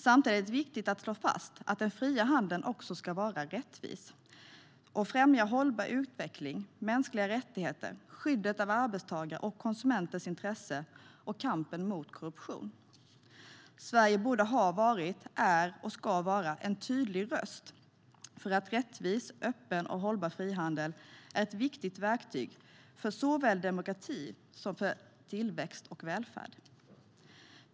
Samtidigt är det viktigt att slå fast att den fria handeln också ska vara rättvis och främja hållbar utveckling, mänskliga rättigheter, skyddet av arbetstagare och konsumenters intresse och kampen mot korruption. Sverige har varit, är och ska vara en tydlig röst för att rättvis, öppen och hållbar frihandel ska vara ett viktigt verktyg för såväl demokrati som tillväxt och välfärd.